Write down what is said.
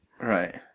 Right